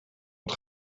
het